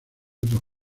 otros